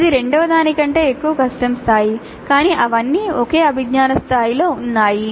ఇది రెండవదానికంటే ఎక్కువ కష్టం స్థాయి కానీ అవన్నీ ఒకే అభిజ్ఞా స్థాయిలో ఉన్నాయి